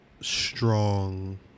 strong